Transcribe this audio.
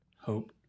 Hope